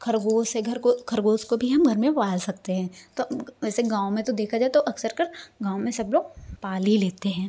खरगोश है घर को खरगोश को भी हम घर में पाल सकते हैं तो वैसे गाँव में तो देखा जाए तो अक्सर कर गाँव में सब लोग पाल ही लेते हैं